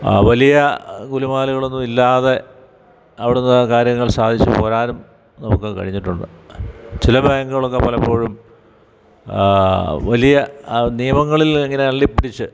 വലിയ ഗുലുമാലകളൊന്നുമില്ലാതെ അവിടുന്ന് കാര്യങ്ങൾ സാധിച്ചു പോരാനും നമുക്ക് കഴിഞ്ഞിട്ടുണ്ട് ചില ബാങ്കുകളൊക്കെ പലപ്പോഴും വലിയ നിയമങ്ങളിൽ ഇങ്ങനള്ളിപ്പിടിച്ച്